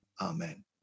Amen